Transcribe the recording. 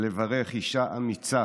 ולברך אישה אמיצה,